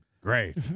Great